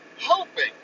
hoping